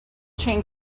chain